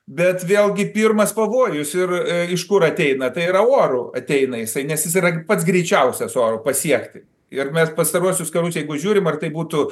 bet vėlgi pirmas pavojus ir aišku ateina tai yra oru ateina jisai nes jis yra pats greičiausias oru pasiekti ir mes pastaruosius karus jeigu žiūrim ar tai būtų